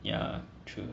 ya true